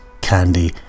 Candy